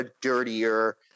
dirtier